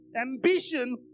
ambition